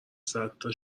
صدتا